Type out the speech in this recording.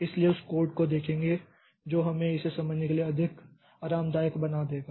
इसलिए उस कोड को देखेंगे जो हमें इसे समझने के लिए अधिक आरामदायक बना देगा